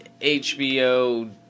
HBO